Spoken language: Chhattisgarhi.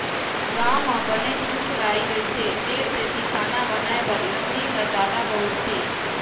गाँव म बनेच रूख राई रहिथे तेन सेती खाना बनाए बर लकड़ी ल जादा बउरथे